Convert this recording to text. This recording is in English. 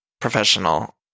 professional